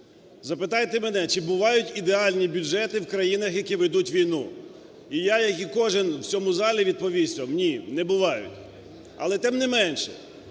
Запитайте мене, чи бувають ідеальні бюджети в країнах, які ведуть війну. І я як і кожний в цьому залі відповість вам: ні, не бувають. Але тим не менше,